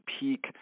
peak